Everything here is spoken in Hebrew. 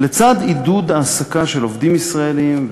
לצד עידוד העסקה של עובדים ישראלים,